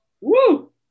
woo